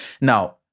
Now